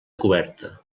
coberta